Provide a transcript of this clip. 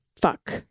Fuck